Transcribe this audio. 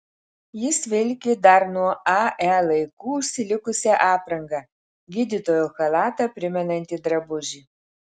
jis vilki dar nuo ae laikų užsilikusią aprangą gydytojo chalatą primenantį drabužį